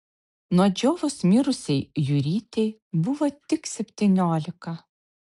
nuo džiovos mirusiai jurytei buvo tik septyniolika